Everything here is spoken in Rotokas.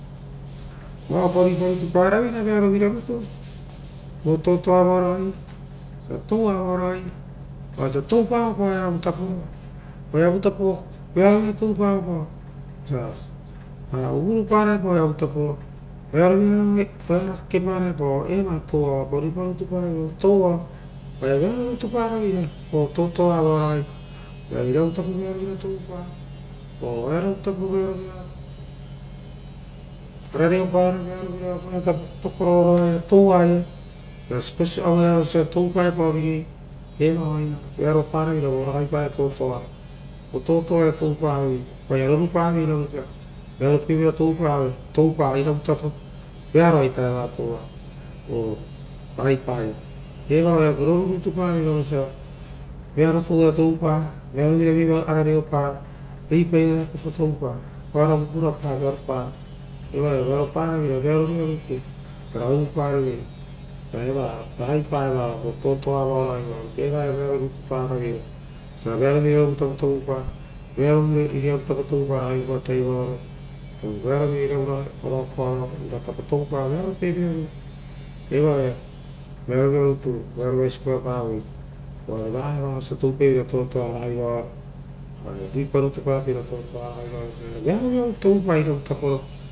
Vao oapa ruipa rutu paraveira, vo totoa vao raga. Vosia toapa epao oeavu tapo toupaevopa vosia uvurupa ravera oearo rutapo ra eva toua oapa ruipa rutu para veira. Oaia vearo rutu paraveira vo totoa vaio ragai, vosia iravu tapo oo oearova tapo vearovira toupa orareopa ro vearoviro voea tapo tou aroia uva aue a ita evo osia toupaopao vovigei eva oaia vearoparavera vo totoa, totoa ia toupavoi oaia rorupaveira vosia paveira oeavu tapo vearoa ita eva oaa eva oaia roru rutu paveira vosia vearo toui i toupa vitapo oo rei papai rara tapo toupa, rarorupa eva ia oaia vearoparaveira. Eu vearovira rutu osia ragai uvuparivepao uva eva eva oaia rorupaveira vo raga to toaro eva ia vearo rutu para vera oisira vearovira oearovatapo toupa oo iriavu tapo toupa ragai vuatavaro oo vearouira paupaoro vearopievira rutu, vearovira eva ia rea uvaisi pura pavoi. Uvare vaeva osia touparvera totoa va ragai aro, oai ruparita papeira totoa vao ragai.